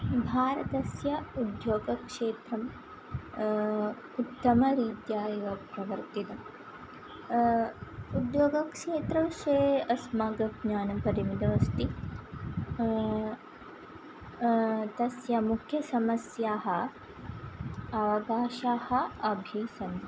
भारतस्य उद्येगक्षेत्रम् उत्तमरीत्या एव प्रवर्तितम् उद्योगक्षेत्रविषये अस्माकं ज्ञानं परिमितमस्ति तस्य मुख्यसमस्याः अवकाशाः अपि सन्ति